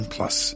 Plus